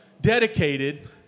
dedicated